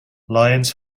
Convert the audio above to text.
lions